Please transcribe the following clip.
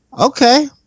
Okay